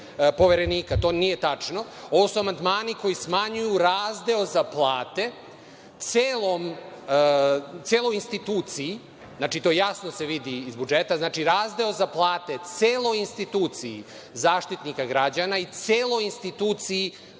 To nije tačno. Ovo su amandmani koji smanjuju razdeo za plate celoj instituciji. Znači, to se jasno vidi iz budžeta. Znači, razdeo za plate celoj instituciji Zaštitnika građana i celoj instituciji